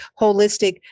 holistic